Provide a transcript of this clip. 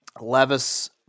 Levis